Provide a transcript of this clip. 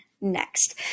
next